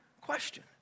question